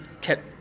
kept